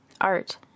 Art